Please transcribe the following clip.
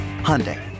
Hyundai